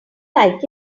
like